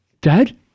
Dad